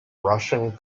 russian